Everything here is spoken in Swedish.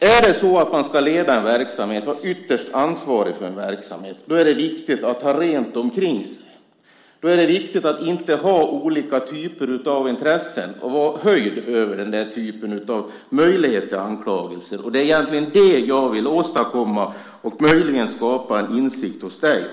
Om man ska leda en verksamhet och vara ytterst ansvarig för en verksamhet är det viktigt att ha rent omkring sig. Då är det viktigt att inte ha olika typer av intressen och vara höjd över den typen av möjlighet till anklagelser. Det är egentligen det jag vill åstadkomma och möjligen skapa en insikt hos dig.